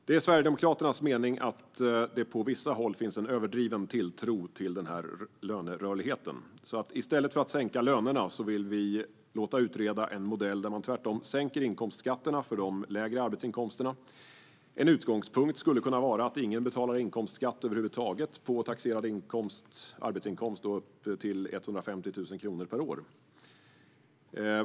Det är Sverigedemokraternas mening att det på vissa håll finns en överdriven tilltro till denna lönerörlighet. Vi vill därför låta utreda en modell där man i stället för att sänka lönerna sänker inkomstskatterna på de lägre arbetsinkomsterna. En utgångspunkt skulle kunna vara att ingen betalar inkomstskatt över huvud taget på taxerad arbetsinkomst upp till 150 000 kronor per år.